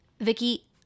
Vicky